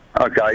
Okay